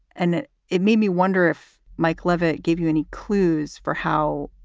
and it made me wonder if mike leavitt gave you any clues for how.